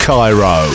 Cairo